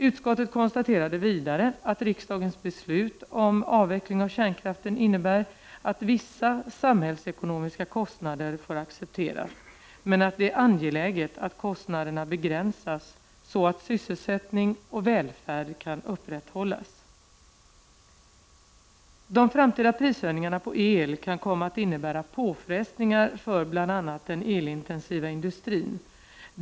Utskottet konstaterade vidare att riksdagens beslut om avveckling av kärnkraften innebär att vissa samhällsekonomiska kostnader får accepteras, men att det är angeläget att kostnaderna begränsas så att sysselsättning och välfärd kan upprätthållas. De framtida prishöjningarna på el kan komma att innebära påfrestningar för bl.a. den elintensiva industrin.